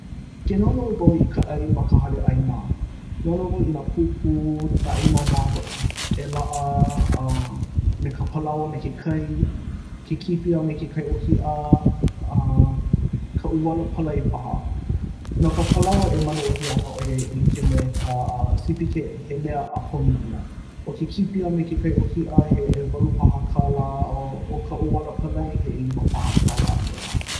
Ke noʻonoʻo wau i ka ʻai ma ka hale ʻaina noʻonoʻo wau i nā pūpū, nā ʻai māmā hoʻi. E laʻa uh me ka palaoa a me ke kai, ke kipi a me ke kai ʻōhiʻa, uh ka ʻuala palai paha. No ka palaoa e manuahi ana ʻoiai e like me uh CPK he mea ʻākomi ʻia. ʻo ke kipi me ke kai ʻōhiʻa he $8 paha kālā a ʻo ka ʻuala palai he $5 paha kālā kēnā.